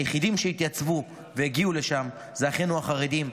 היחידים שהתייצבו והגיעו לשם זה אחינו החרדים.